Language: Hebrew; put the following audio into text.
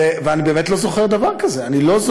ואנחנו יכולים לעשות השוואה,